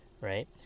right